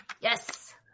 Yes